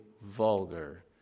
vulgar